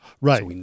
Right